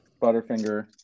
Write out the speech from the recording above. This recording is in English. butterfinger